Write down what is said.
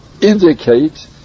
indicate